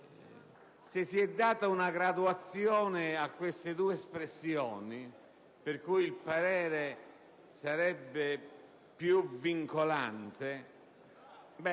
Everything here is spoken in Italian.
si sia data una graduazione a queste due espressioni, per cui il parere sarebbe più vincolante; e